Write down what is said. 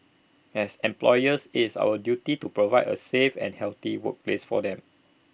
as employers IT is our duty to provide A safe and healthy workplace for them